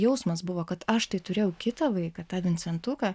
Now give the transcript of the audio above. jausmas buvo kad aš tai turėjau kitą vaiką tą vincentuką